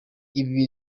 ibi